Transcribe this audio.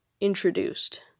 introduced